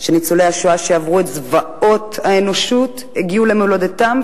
שניצולי השואה שעברו את זוועות האנושות הגיעו למולדתם,